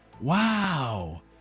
Wow